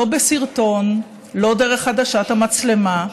לא בסרטון, לא דרך עדשת המצלמה,